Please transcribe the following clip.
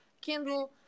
kindle